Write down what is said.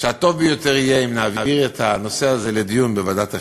שהטוב ביותר יהיה אם נעביר את הנושא הזה לדיון בוועדת החינוך.